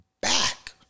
back